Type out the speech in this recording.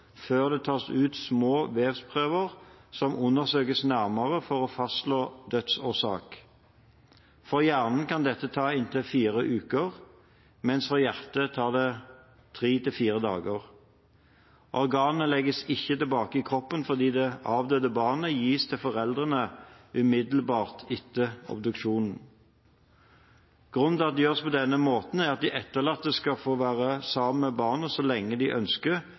før det tas ut små vevsprøver som undersøkes nærmere for å fastslå dødsårsak. For hjernen kan dette ta inntil fire uker, mens for hjertet tar det tre–fire dager. Organene legges ikke tilbake i kroppen, fordi det avdøde barnet gis til foreldrene umiddelbart etter obduksjonen. Grunnen til at det gjøres på denne måten, er at de etterlatte skal få være sammen med barnet så lenge de ønsker